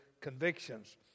convictions